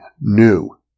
new